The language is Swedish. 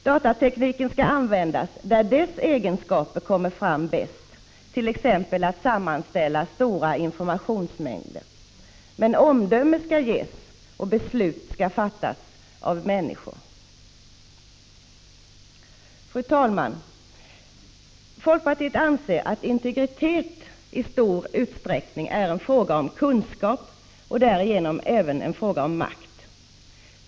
Datatekniken skall användas där dess egenskaper kommer fram bäst, t.ex. för att sammanställa stora informationsmängder. Men omdömen skall ges och beslut skall fattas av människor. Fru talman! Folkpartiet anser att integritet i stor utsträckning är en fråga om kunskap och därigenom även en fråga om makt.